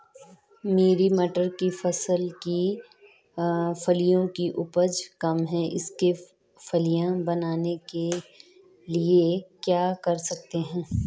मेरी मटर की फसल की फलियों की उपज कम है इसके फलियां बनने के लिए क्या कर सकते हैं?